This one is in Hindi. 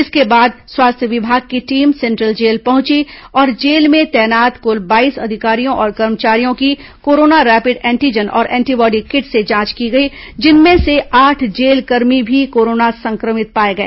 इसके बाद स्वास्थ्य विभाग की टीम सेंट्रल जेल पहुंची और जेल में तैनात क्ल बाईस अधिकारियों और कर्मचारियों की कोरोना रैपिड एंटीजन और एंटीबॉडी किट से जांच की गई जिनमें से आठ जेलकर्मी भी कोरोना संक्रमित पाए गए